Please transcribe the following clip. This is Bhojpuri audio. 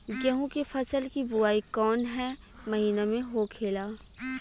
गेहूँ के फसल की बुवाई कौन हैं महीना में होखेला?